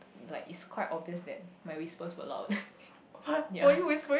like it's quite obvious that my whispers were loud ya